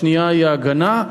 השנייה היא ההגנה,